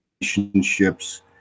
relationships